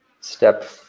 step